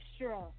extra